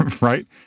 right